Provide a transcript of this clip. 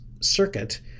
circuit